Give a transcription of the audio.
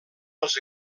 els